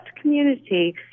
community